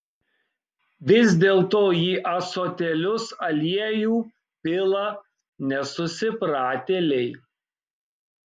vis dėlto į ąsotėlius aliejų pila nesusipratėliai